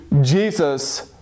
Jesus